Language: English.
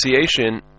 association